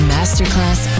Masterclass